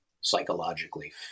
psychologically